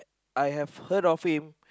I have heard of him